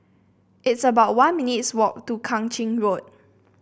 it's about one minutes' walk to Kang Ching Road